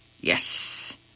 Yes